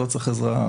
אני לא צריך עזרה.